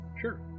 Sure